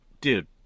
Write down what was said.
dude